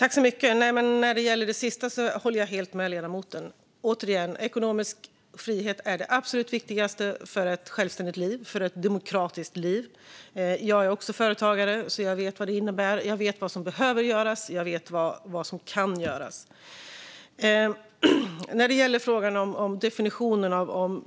Herr talman! När det gäller det sistnämnda håller jag helt med ledamoten. Återigen: Ekonomisk frihet är det absolut viktigaste för ett självständigt och demokratiskt liv. Jag är också företagare, så jag vet vad det innebär. Jag vet vad som behöver göras, och jag vet vad som kan göras. När det gäller frågan om definitionen av och